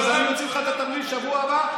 אז אני אוציא לך את התמליל בשבוע הבא,